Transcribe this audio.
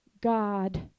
God